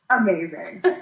Amazing